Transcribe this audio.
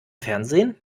fernsehen